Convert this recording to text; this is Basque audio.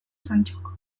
santxok